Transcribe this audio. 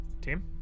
Team